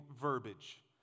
verbiage